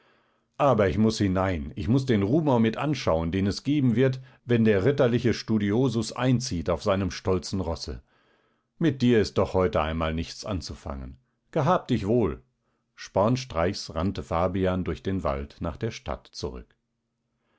aber ich muß hinein ich muß den rumor mit anschauen den es geben wird wenn der ritterliche studiosus einzieht auf seinem stolzen rosse mit dir ist doch heute einmal nichts anzufangen gehab dich wohl spornstreichs rannte fabian durch den wald nach der stadt zurück